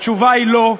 התשובה היא לא.